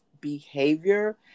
behavior